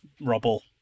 rubble